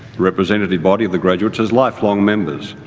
representative body of the graduates as lifelong members.